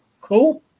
cool